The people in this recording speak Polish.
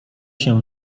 się